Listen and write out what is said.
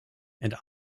and